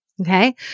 Okay